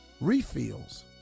refills